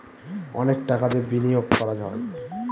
অনেক টাকা দিয়ে বিনিয়োগ করা হয়